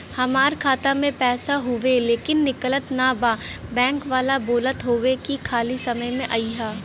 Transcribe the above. हमार खाता में पैसा हवुवे लेकिन निकलत ना बा बैंक वाला बोलत हऊवे की खाली समय में अईहा